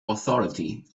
authority